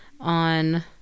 on